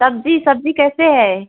सब्जी सब्जी कैसे है